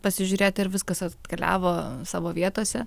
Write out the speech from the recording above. pasižiūrėti ar viskas atkeliavo savo vietose